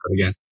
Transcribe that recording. again